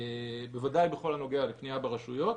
בוודאי בכל הנוגע לפנייה לרשויות.